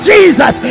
Jesus